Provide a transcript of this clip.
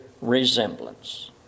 resemblance